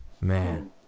man